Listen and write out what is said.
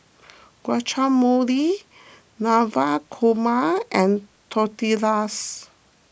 Guacamole Navratan Korma and Tortillas